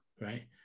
right